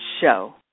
show